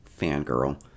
fangirl